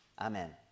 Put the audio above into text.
Amen